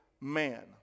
man